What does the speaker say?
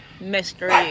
Mystery